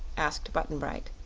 asked button-bright.